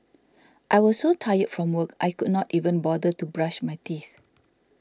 I was so tired from work I could not even bother to brush my teeth